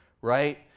right